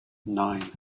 nine